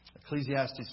Ecclesiastes